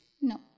No